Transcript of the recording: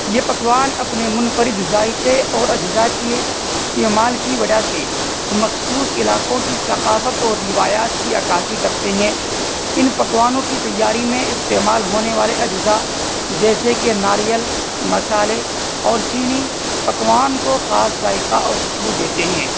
یہ پکوان اپنے منفرد ذائقے اور اجزا کی استعمال کی وجہ سے مخصوص علاقوں کی ثقافت اور روایات کی عکاسی کرتے ہیں ان پکوانوں کی تیاری میں استعمال ہونے والے اجزا جیسے کہ ناریل مصالحے اور چینی پکوان کو خاص ذائقہ اور خوشبو دیتے ہیں